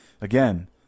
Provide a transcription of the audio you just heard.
Again